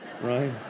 right